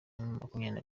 makumyabiri